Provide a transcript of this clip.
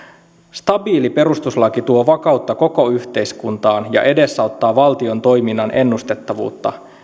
stabiili perustuslaki tuo vakautta koko yhteiskuntaan ja edesauttaa valtion toiminnan ennustettavuutta